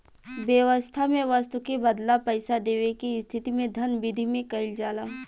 बेवस्था में बस्तु के बदला पईसा देवे के स्थिति में धन बिधि में कइल जाला